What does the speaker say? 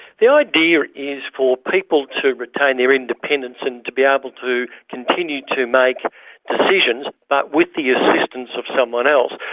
the idea is for people to retain their independence and to be able to continue to make decisions but with the assistance of someone else.